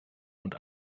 und